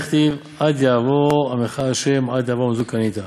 דכתיב 'עד יעבור עמך ה' עד יעבור עם זו קנית',